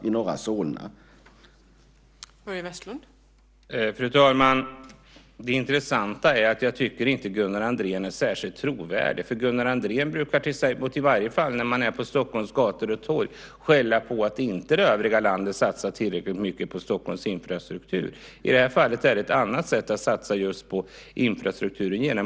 Det är orimligt att vi ska ha det på det sättet.